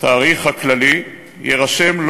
התאריך הכללי יירשם,